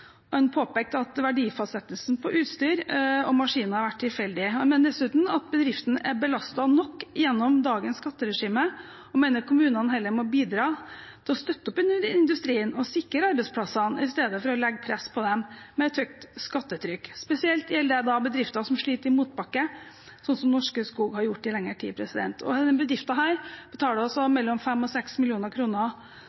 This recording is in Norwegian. ikke. Han påpekte at verdifastsettelsen på utstyr og maskiner blir tilfeldig. Han mener dessuten at bedriftene er belastet nok gjennom dagens skatteregime, og mener kommunene heller må bidra til å støtte opp under industrien og sikre arbeidsplassene, i stedet for å legge press på dem med et høyt skattetrykk. Spesielt gjelder det bedrifter som sliter i motbakke, som Norske Skog har gjort i lengre tid. Denne bedriften betaler mellom 5 mill. kr og